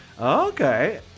Okay